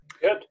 Good